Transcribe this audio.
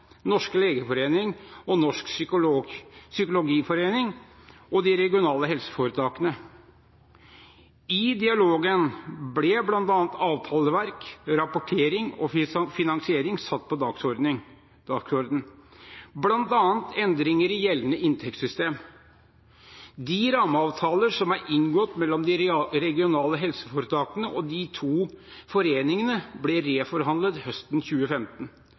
norske legeforening, Norsk psykologforening og de regionale helseforetakene. I dialogen ble bl.a. avtaleverk, rapportering og finansiering satt på dagsordenen, bl.a. endringer i gjeldende inntektssystem. De rammeavtaler som er inngått mellom de regionale helseforetakene og de to foreningene, ble reforhandlet høsten 2015